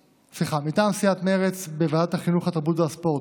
מטעם סיעת מרצ: בוועדת החינוך, התרבות והספורט,